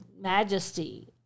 majesty